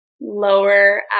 lower